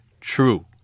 true